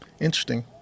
interesting